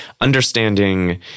understanding